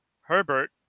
Herbert